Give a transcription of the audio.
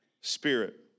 Spirit